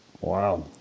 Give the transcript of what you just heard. wow